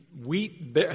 wheat